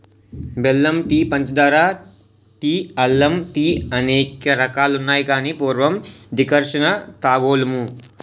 బెల్లం టీ పంచదార టీ అల్లం టీఅనేక రకాలున్నాయి గాని పూర్వం డికర్షణ తాగోలుము